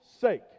sake